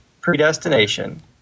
predestination